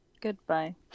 goodbye